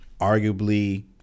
Arguably